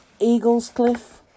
Eaglescliff